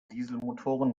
dieselmotoren